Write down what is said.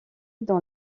dans